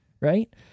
Right